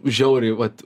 žiauriai vat